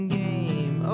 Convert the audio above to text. game